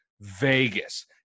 Vegas